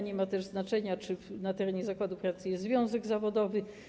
Nie ma też znaczenia, czy na terenie zakładu pracy jest związek zawodowy.